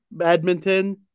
Edmonton